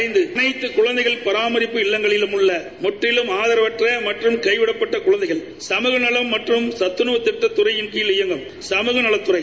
ஐம்து அனைத்து குழந்தைகள் பராமரிப்பு இல்லங்களில் உள்ள முற்றிலும் ஆதரவற்ற மற்றும் கைவிடப்பட்ட குழந்தைகள் சமூக நலம் மற்றும் சத்துணவு திட்டத் துறையின் மூலம் இயங்கும் சமூக நலத்துறை